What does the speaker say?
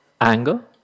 anger